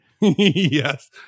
yes